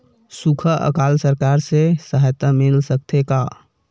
सुखा अकाल सरकार से सहायता मिल सकथे का?